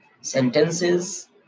sentences